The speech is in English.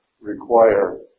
require